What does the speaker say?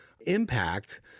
impact